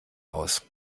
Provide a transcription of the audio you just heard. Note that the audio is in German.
aus